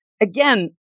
Again